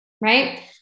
right